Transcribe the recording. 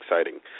exciting